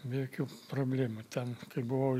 be jokių problemų ten kai buvau